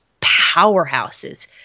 powerhouses